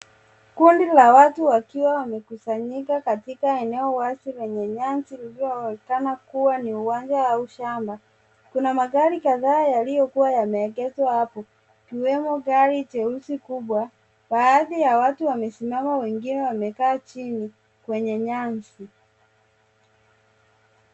Kundi la watu wakiwa wamekusanyika katika eneo wazi lenye nyasi lilioonekana kuwa uwanja au shamba. Kuna magari kadhaa yaliyokuwa yameegezwa hapo ikiwemo gari jeusi kubwa. Baadhi ya watu wamesimama, wengine wamekaa chini kwenye nyasi.